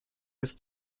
ist